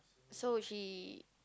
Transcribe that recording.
so if she